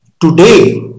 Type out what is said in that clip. today